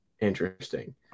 interesting